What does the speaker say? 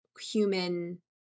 human